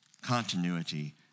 continuity